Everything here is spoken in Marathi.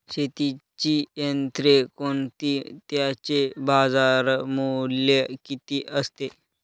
शेतीची यंत्रे कोणती? त्याचे बाजारमूल्य किती असते?